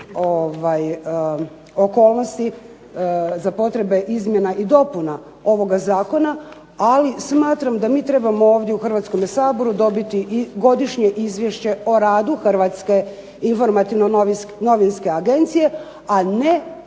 okolnosti za potrebe izmjena i dopuna ovoga zakona, ali smatram da mi trebamo ovdje u Hrvatskome saboru dobiti i Godišnje izvješće o radu HINA-e, a ne